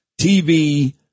TV